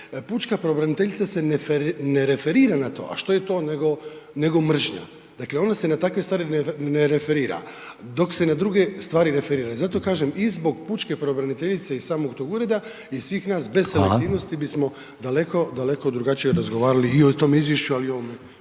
pučka pravobraniteljica se ne referira na to, a što je to nego mržnja. Dakle ona se na takve stvari ne referira, dok se na druge stvari referira. I zato kažem, i zbog pučke pravobraniteljice i samog tog Ureda, i svih nas .../Upadica: Hvala./... bez selektivnosti bismo daleko, daleko drugačije razgovarali i o tom izvješću, ali i ovome